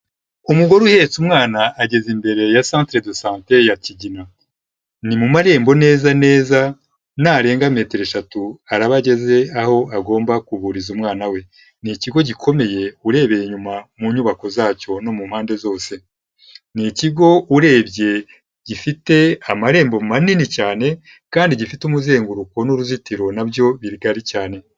Umugore uhetse umwana agaze imbere ya centre de sante ya kigina, ni mu marembo neza neza narenga metero eshatu araba ageze aho agomba kuvuriza umwana we, ni ikigo gikomeye urebeye inyuma mu nyubako zacyo no mu mpande zose, ni ikigo urebye gifite amarembo manini cyane kandi gifite umuzenguruko n'uruzitiro nabyo bigari cyane.